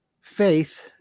faith